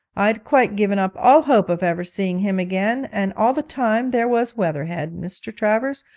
i'd quite given up all hope of ever seeing him again, and all the time there was weatherhead, mr. travers,